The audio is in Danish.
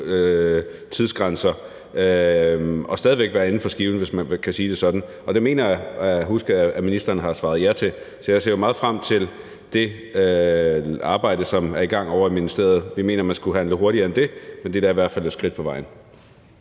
tidsgrænser og stadig være inden for skiven, hvis man kan sige det sådan. Det mener jeg at huske at ministeren har svaret ja til, så jeg ser jo meget frem til det arbejde, som er i gang ovre i ministeriet. Vi mener, at man skulle handle hurtigere end det, men det er da i hvert fald et skridt på vejen.